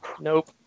Nope